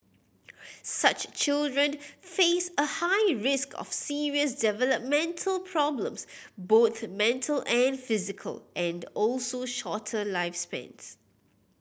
such children face a high risk of serious developmental problems both mental and physical and also shorter lifespans